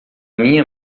minha